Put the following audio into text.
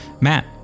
Matt